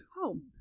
Home